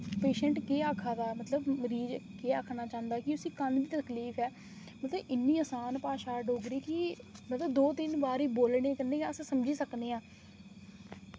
patient केह् आक्खै दा मतलब मरीज केह् आखना चांह्दा कि उसी कन्न तकलीफ़ ऐ मतलब इन्नी आसान भाशा डोगरी कि मतलब की दो तिन्न बारी बोलने कन्नै गै अस समझी सकने आं